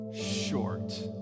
short